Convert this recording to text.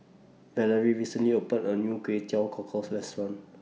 Valarie recently opened A New Kway Teow Cockles Restaurant